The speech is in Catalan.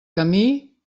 camí